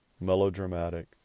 melodramatic